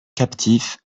captif